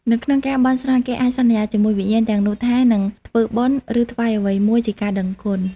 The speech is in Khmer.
នៅក្នុងការបន់ស្រន់ គេអាចសន្យាជាមួយវិញ្ញាណទាំងនោះថា នឹងធ្វើបុណ្យ ឬថ្វាយអ្វីមួយជាការដឹងគុណ។